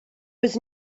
was